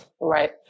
Right